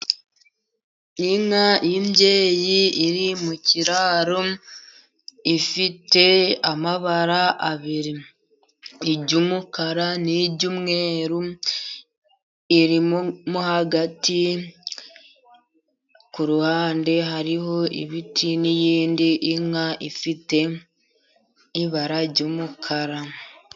Inka y'imbyeyi iri mu kiraro, ifite amabara abiri. Iry'umukara n'iry'umweru, iri mo hagati, kuruhande hariho ibiti, n'iyindi nka ifite ibara ry'umukara.